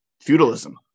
Feudalism